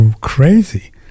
crazy